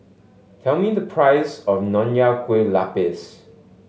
tell me the price of Nonya Kueh Lapis